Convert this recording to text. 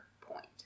point